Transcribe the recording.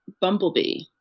bumblebee